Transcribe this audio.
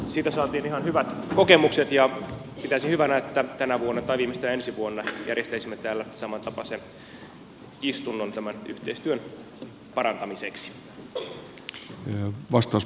siitä saatiin ihan hyvät kokemukset ja pitäisin hyvänä että tänä vuonna tai viimeistään ensi vuonna järjestäisimme täällä samantapaisen istunnon tämän yhteistyön parantamiseksi